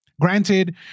Granted